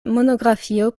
monografio